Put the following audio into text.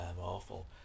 awful